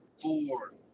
four